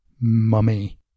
Mummy